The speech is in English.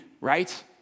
right